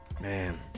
Man